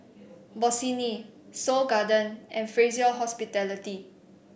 Bossini Seoul Garden and Fraser Hospitality